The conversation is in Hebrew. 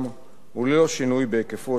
וללא שינוי בהיקפו של סל ההטבות.